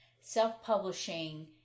self-publishing